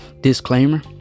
disclaimer